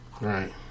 Right